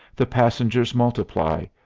the passengers multiply,